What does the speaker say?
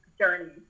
journey